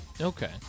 okay